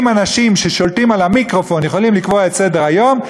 אם אנשים ששולטים על המיקרופון יכולים לקבוע את סדר-היום,